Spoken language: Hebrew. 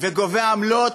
וגובה עמלות,